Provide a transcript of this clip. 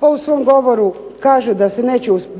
pa u svom govoru kaže da